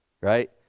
Right